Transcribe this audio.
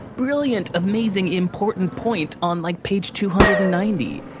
brilliant, amazing, important point on, like, page two hundred and ninety,